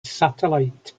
satellite